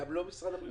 גם לא למשרד הבריאות.